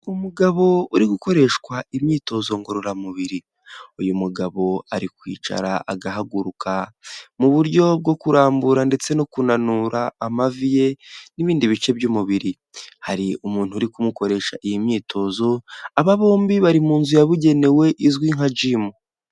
Umugabo uri gukoreshwa imyitozo ngororamubiri, uyu mugabo ari kwicara agahaguruka, mu buryo bwo kurambura ndetse no kunanura amavi ye, n'ibindi bice by'umubiri hari umuntu uri kumukoresha iyi myitozo, aba bombi bari mu nzu yabugenewe izwi nka jimu.